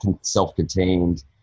self-contained